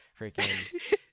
freaking